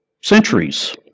centuries